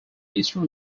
eastern